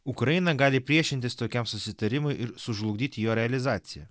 ukraina gali priešintis tokiam susitarimui ir sužlugdyti jo realizaciją